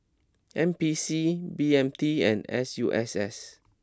N P C B M T and S U S S